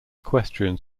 equestrian